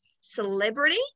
celebrity